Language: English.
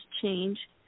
change